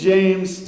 James